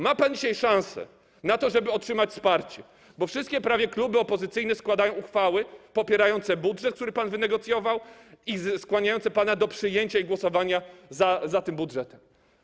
Ma pan dzisiaj szansę na to, żeby otrzymać wsparcie, bo wszystkie prawie kluby opozycyjne składają uchwały popierające budżet, który pan wynegocjował, i skłaniające pana do przyjęcia tego budżetu i głosowania za nim.